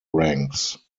ranks